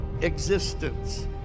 existence